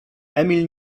emil